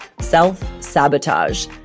self-sabotage